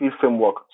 framework